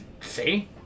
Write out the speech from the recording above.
See